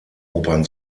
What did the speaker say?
opern